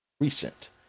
recent